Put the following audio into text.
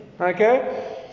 Okay